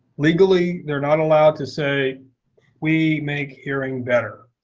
legally they're not allowed to say we make hearing better.